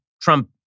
Trump